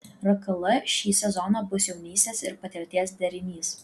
rkl šį sezoną bus jaunystės ir patirties derinys